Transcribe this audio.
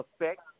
effect